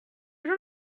gens